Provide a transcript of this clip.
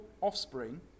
offspring